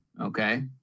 Okay